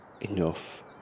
enough